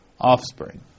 offspring